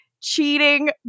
cheating